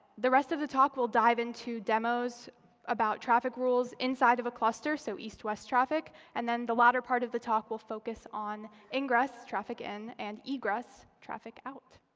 the rest of the talk will dive into demos about traffic rules inside of a cluster, so east-west traffic. and then the latter part of the talk will focus on ingress traffic in and egress traffic out.